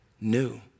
new